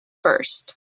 first